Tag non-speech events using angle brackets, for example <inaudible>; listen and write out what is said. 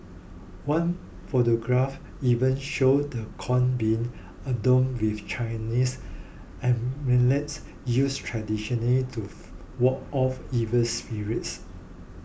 one photograph even showed the cones being adorn with Chinese amulets used traditionally to <hesitation> ward off evil spirits